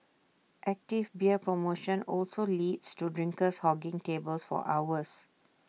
active beer promotion also leads to drinkers hogging tables for hours